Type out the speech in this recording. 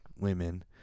women